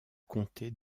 comté